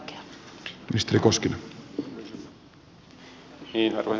arvoisa herra puhemies